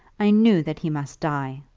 i knew that he must die!